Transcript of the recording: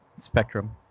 Spectrum